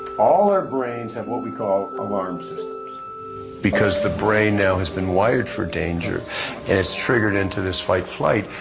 all our brains have what we call ah hormones because the brain now has been wired for danger and it's triggered into this fight flight.